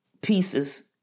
pieces